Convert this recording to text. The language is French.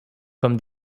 comme